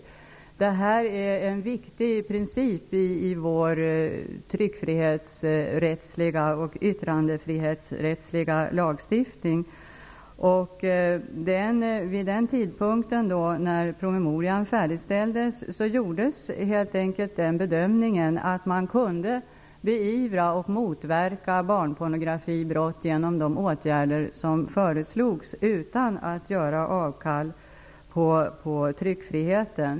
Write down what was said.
Detta är en viktig princip i vår tryckfrihets och yttrandefrihetsrättsliga lagstiftning. Vid den tidpunkt när promemorian färdigställdes gjordes helt enkelt den bedömningen att man utan att göra avkall på tryckfriheten kunde, genom de åtgärder som föreslogs, beivra och motverka barnpornografi.